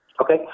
Okay